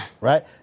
right